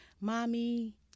mommy